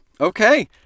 okay